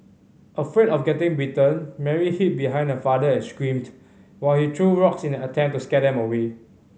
afraid of getting bitten Mary hid behind her father and screamed while he threw rocks in an attempt to scare them away